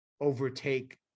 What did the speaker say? overtake